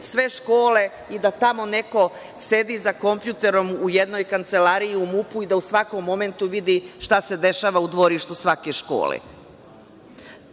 sve škole i da tamo neko sedi za kompjuterom u jednoj kancelariji u MUP i da u svakom momentu vidi šta se dešava u dvorištu svake